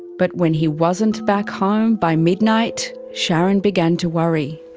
but when he wasn't back home by midnight, sharon began to worry.